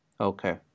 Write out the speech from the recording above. Okay